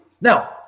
Now